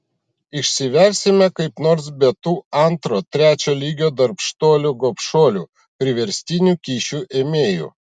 išsiversime kaip nors be tų antro trečio lygio darbštuolių gobšuolių priverstinių kyšių ėmėjų